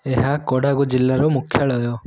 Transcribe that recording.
ଏହା କୋଡ଼ାଗୁ ଜିଲ୍ଲାର ମୁଖ୍ୟାଳୟ